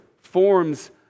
forms